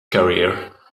career